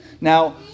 Now